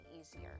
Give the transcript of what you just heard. easier